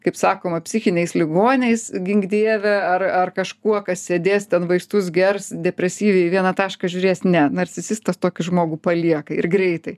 kaip sakoma psichiniais ligoniais gink dieve ar ar kažkuo kas sėdės ten vaistus gers depresyviai į vieną tašką žiūrės ne narcisistas tokį žmogų palieka ir greitai